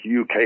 UK